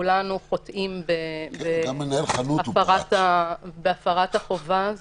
כולנו חוטאים בהפרת החובה הזאת.